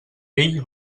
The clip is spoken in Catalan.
ell